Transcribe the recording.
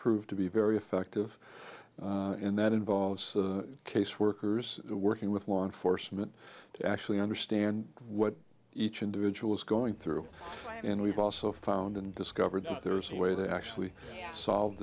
proved to be very effective in that involves caseworkers working with law enforcement to actually understand what each individual is going through and we've also found and discovered that there is a way to actually solve